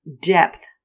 depth